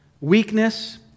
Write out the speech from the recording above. weakness